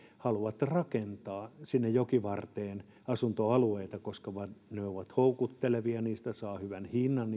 haluavat rakentaa sinne jokivarteen asuntoalueita koska ne ovat houkuttelevia niistä tonteista saa hyvän hinnan